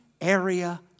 area